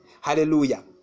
Hallelujah